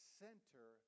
center